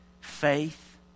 Faith